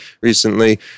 recently